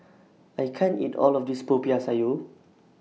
I can't eat All of This Popiah Sayur